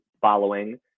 following